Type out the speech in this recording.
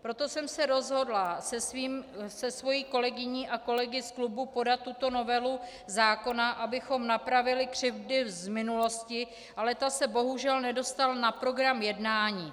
Proto jsem se rozhodla se svou kolegyní a kolegy z klubu podat tuto novelu zákona, abychom napravili křivdy z minulosti, ale ta se bohužel nedostala na program jednání.